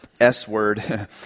S-word